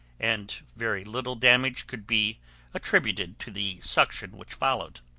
and very little damage could be attributed to the suction which followed.